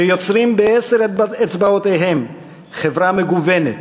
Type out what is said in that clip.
שיוצרים בעשר אצבעותיהם חברה מגוונת,